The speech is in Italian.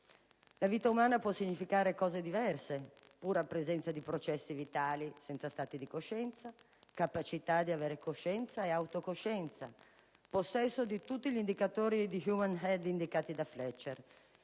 La vita umana può significare cose diverse: pura presenza di processi vitali senza stati di coscienza; capacità di avere coscienza ed autocoscienza; possesso di tutti gli indicatori di "*human head*" indicati da Fletcher.